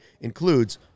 includes